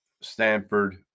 Stanford